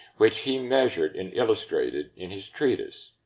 which he measured and illustrated in his treatise.